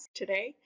today